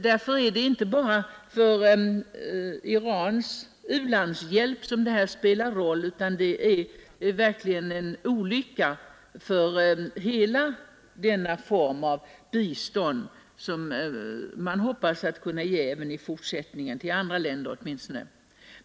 Därför är detta inte bara en fråga som gäller u-landshjälpen till Iran, utan det inträffade är verkligen en olycka för hela denna form av bistånd — som vi hoppas kunna ge även i fortsättningen, åtminstone till andra länder.